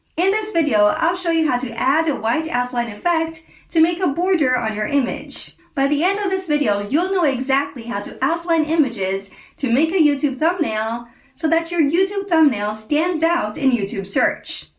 in this video, i'll show you how to add a white outline effect to make a border on your image. by the end of this video, you'll know exactly how to outline images to make ah youtube thumbnails so that your youtube thumbnail stands out in youtube search.